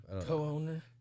Co-owner